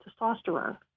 testosterone